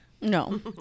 No